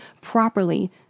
properly